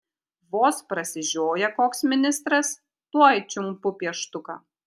vos prasižioja koks ministras tuoj čiumpu pieštuką